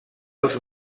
els